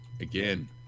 Again